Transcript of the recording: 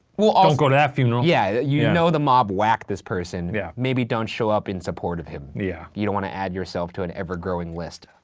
ah don't go to that funeral. yeah you know the mob whacked this person. yeah maybe don't show up in support of him. yeah you don't want to add yourself to an ever growing list.